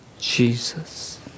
Jesus